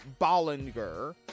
Bollinger